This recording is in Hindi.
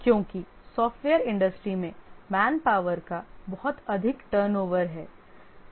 क्योंकि सॉफ्टवेयर इंडस्ट्री में मैनपावर का बहुत अधिक टर्नओवर है